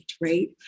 right